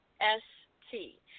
S-T